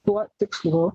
tuo tikslu